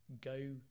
go